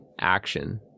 action